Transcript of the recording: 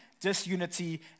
disunity